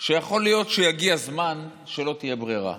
יכול להיות שיגיע הזמן ולא תהיה ברירה,